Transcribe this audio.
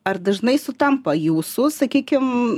ar dažnai sutampa jūsų sakykim